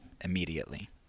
immediately